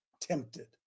tempted